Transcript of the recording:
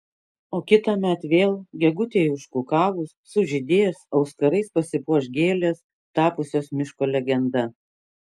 o kitąmet vėl gegutei užkukavus sužydės auskarais pasipuoš gėlės tapusios miško legenda